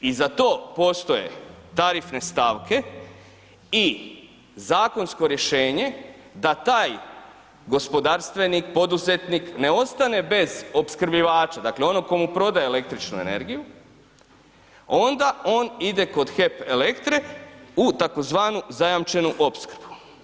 I zato postoje tarifne stavke i zakonsko rješenje da taj gospodarstvenik, poduzetnik ne ostane bez opskrbljivača, dakle onom tko mu prodaje električnu energiju onda on ide kod HEP Elektre u tzv. zajamčenu opskrbu.